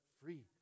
free